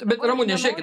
bet ramune žiūrėkit